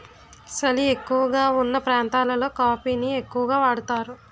సలి ఎక్కువగావున్న ప్రాంతాలలో కాఫీ ని ఎక్కువగా వాడుతారు